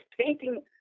painting